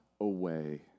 away